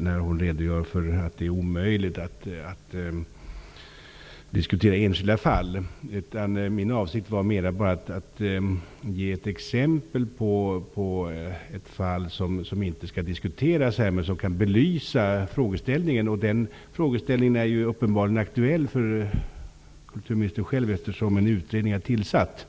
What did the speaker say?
när hon säger att det är omöjligt att diskutera enskilda fall. Min avsikt var att ge ett exempel som förvisso inte skall diskuteras här men som kan belysa frågeställningen. Den frågeställningen är uppenbarligen aktuell för kulturministern själv, eftersom en utredning är tillsatt.